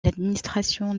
l’administration